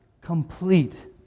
complete